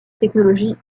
technologie